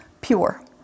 pure